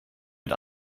mit